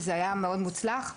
זה היה מוצלח מאוד.